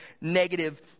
negative